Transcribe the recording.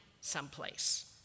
someplace